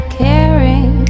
caring